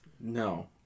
No